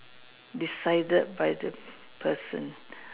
decided by the person